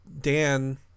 dan